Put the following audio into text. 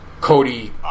Cody